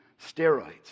steroids